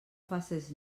faces